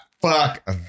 fuck